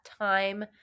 time